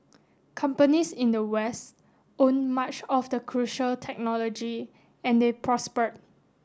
companies in the West owned much of the crucial technology and they prospered